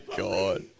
god